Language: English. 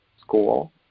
school